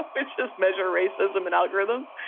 ah which is measure racism and algorithms.